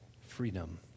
freedom